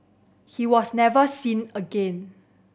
he was never seen again